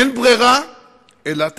אין ברירה אלא תקציבים,